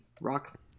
rock